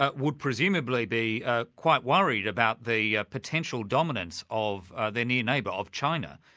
ah would presumably be ah quite worried about the potential dominance of the new neighbour of china,